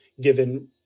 given